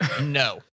No